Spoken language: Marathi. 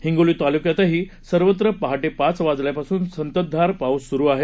हिंगोली जिल्ह्यातही सर्वत्र पहाटे पाच वाजल्यापासून संततधार पाऊस सुरू आहे